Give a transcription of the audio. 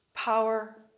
Power